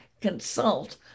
consult